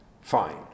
Fine